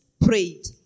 prayed